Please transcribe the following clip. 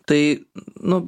tai nu